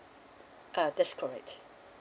uh that's correct